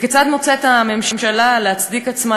וכיצד מוצאת הממשלה להצדיק עצמה,